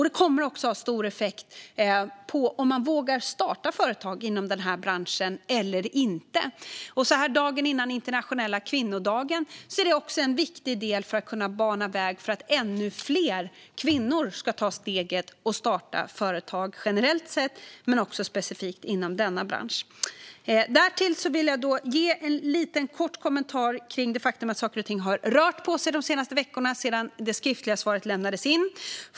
Det kommer också att få stor effekt på om man ska våga starta företag inom branschen eller inte. I dag är det dagen före den internationella kvinnodagen, och förändringen är viktig också för att kunna bana väg för att ännu fler kvinnor ska ta steget att starta företag generellt sett men även specifikt inom denna bransch. Jag vill därtill kort kommentera det faktum att saker och ting har rört på sig de senaste veckorna sedan mitt skriftliga interpellationssvar lämnades in.